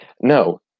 No